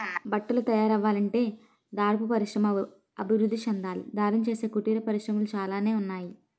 బట్టలు తయారవ్వాలంటే దారపు పరిశ్రమ అభివృద్ధి చెందాలి దారం చేసే కుటీర పరిశ్రమలు చాలానే ఉన్నాయి